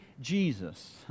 Jesus